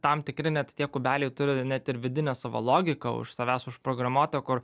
tam tikri net tie kubeliai turi net ir vidinę savo logiką už savęs užprogramuotą kur